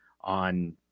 on